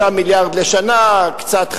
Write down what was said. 3 מיליארד לשנה, קצת "חמקנים",